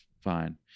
fine